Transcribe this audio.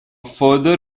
further